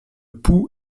pouls